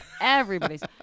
Everybody's